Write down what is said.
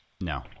No